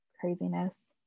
craziness